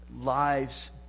lives